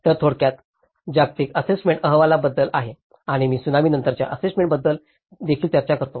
तर ते थोडक्यात जागतिक असेसमेंट अहवालांबद्दल आहे आणि त्सुनामी नंतरच्या असेसमेंट बद्दल देखील चर्चा करतो